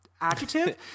adjective